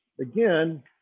again